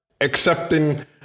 accepting